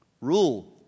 Rule